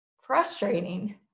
frustrating